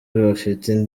bafite